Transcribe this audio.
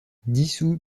dissous